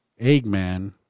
Eggman